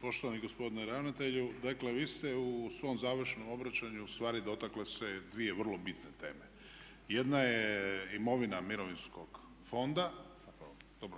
Poštovani gospodine ravnatelju, dakle vi ste u svom završnom obraćanju ustvari dotakli se dvije vrlo bitne teme. Jedna je imovna mirovinskog fonda, dobro